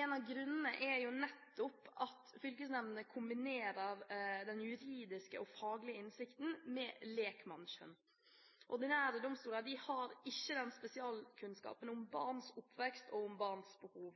En av grunnene til det er jo nettopp at fylkesnemndene kombinerer den juridiske og faglige innsikten med lekmansskjønn. Ordinære domstoler har ikke spesialkunnskapen om barns oppvekst og om barns behov.